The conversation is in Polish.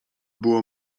było